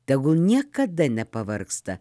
tegu niekada nepavargsta